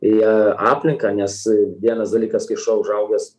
į aplinką nes vienas dalykas kai šuo užaugęs